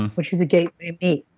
which is a gateway meat.